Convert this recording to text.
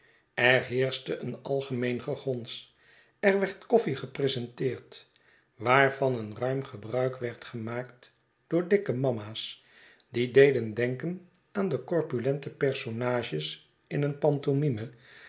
er heerschte een algemeen gegons er werd koffie gepresenteerd waarvan een ruim gebruik werd gemaakt door dikke mama's die deden denken aan de corpulente personages in een